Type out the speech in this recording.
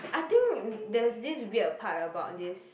I think there's this weird part about this